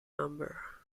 number